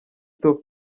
top